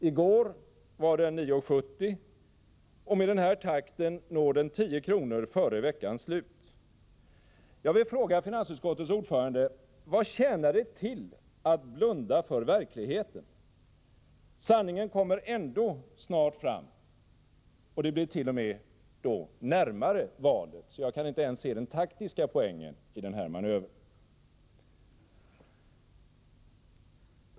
I går var den 9,70 kr., och med den här takten når den 10 kr. före veckans slut. Jag vill fråga finansutskottets ordförande vad det tjänar till att blunda för verkligheten. Sanningen kommer ändå snart fram, och då är det t.o.m. närmare valet. Därför kan jag inte ens se den taktiska poängen i den här manövern.